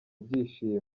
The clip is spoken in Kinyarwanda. byishimo